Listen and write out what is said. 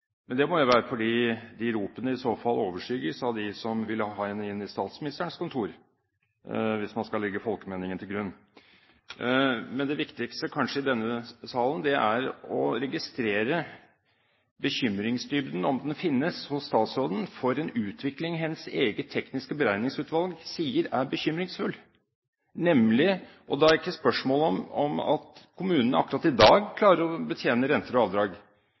Men det må jo være fordi de ropene i så fall overskygges av dem som vil ha henne inn i statsministerens kontor – hvis man skal legge folkemeningen til grunn. Men kanskje det viktigste i denne saken er å registrere bekymringsdybden – om den finnes – hos statsråden for en utvikling som hennes eget tekniske beregningsutvalg sier er bekymringsfull. Da er det ikke et spørsmål om hvorvidt kommunene akkurat i dag klarer å betjene renter og avdrag,